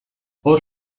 hor